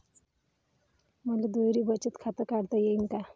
मले दुहेरी बचत खातं काढता येईन का?